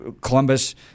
Columbus